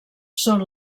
són